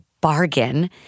bargain